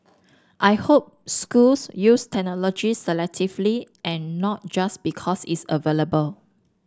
I hope schools use technology selectively and not just because it's available